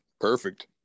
Perfect